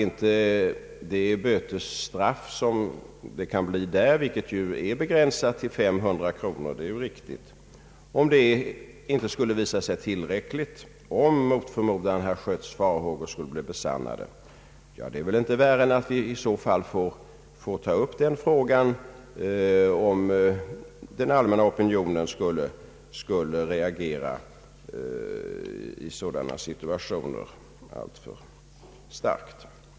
Om det bötesstraff som det kan bli fråga om — begränsat till 500 kronor, det är riktigt — inte skulle visa sig tillräckligt, om mot förmodan herr Schötts farhågor skulle besannas, då är det inte värre än att vi får ta upp frågan, om den allmänna opinionen skulle reagera starkt i sådana situationer.